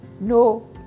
No